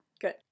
Good